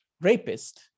rapist